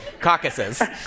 caucuses